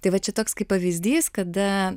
tai vat čia toks kaip pavyzdys kada